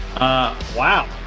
Wow